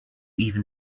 even